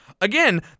Again